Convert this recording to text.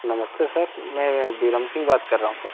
नमस्ते सर मैं बिरम सिंह बात कर रहा हौं सर